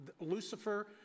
Lucifer